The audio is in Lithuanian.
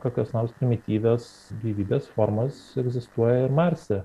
kokios nors primityvios gyvybės formos egzistuoja ir marse